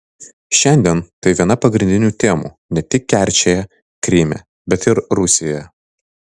šiandien tai viena pagrindinių temų ne tik kerčėje kryme bet ir rusijoje